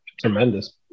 tremendous